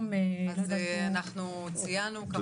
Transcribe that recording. אנחנו ציינו את זה כמובן.